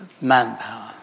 manpower